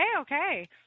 okay